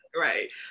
Right